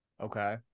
Okay